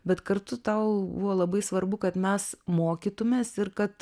bet kartu tau buvo labai svarbu kad mes mokytumės ir kad